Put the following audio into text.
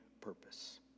purpose